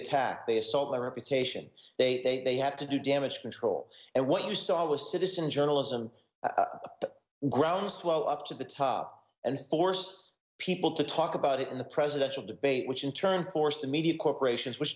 attack they assault their reputation they have to do damage control and what you saw was citizen journalism ground swell up to the top and force people to talk about it in the presidential debate which in turn forced the media corporations which